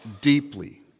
deeply